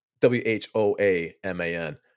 w-h-o-a-m-a-n